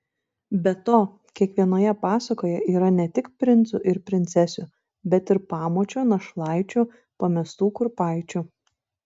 be to kiekvienoje pasakoje yra ne tik princų ir princesių bet ir pamočių našlaičių pamestų kurpaičių